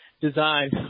design